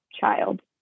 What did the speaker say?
child